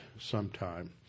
sometime